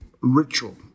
ritual